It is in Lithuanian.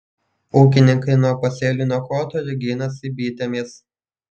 ūkininkai nuo pasėlių niokotojų ginasi bitėmis